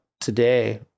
today